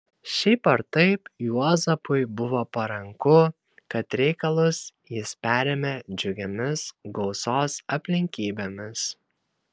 šiaip ar taip juozapui buvo paranku kad reikalus jis perėmė džiugiomis gausos aplinkybėmis